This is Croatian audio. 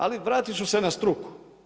Ali vratit ću se na struku.